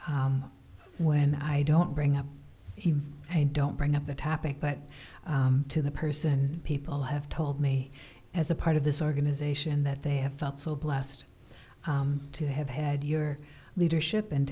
person when i don't bring up i don't bring up the topic but to the person people have told me as a part of this organization that they have felt so blessed to have had your leadership and